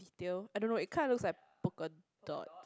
still I don't know it kinda looks like polka dot